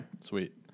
Sweet